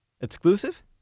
Exclusive